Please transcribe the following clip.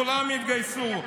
כולם יתגייסו.